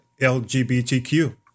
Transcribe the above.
LGBTQ